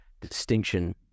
distinction